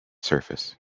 surface